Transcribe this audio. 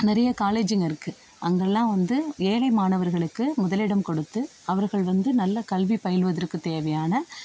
நிறைய காலேஜுங்க இருக்குது அங்கேல்லாம் வந்து ஏழை மாணவர்களுக்கு முதலிடம் கொடுத்து அவர்கள் வந்து நல்ல கல்வி பயில்வதற்கு தேவையான